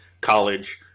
college